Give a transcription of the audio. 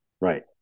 Right